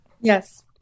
Yes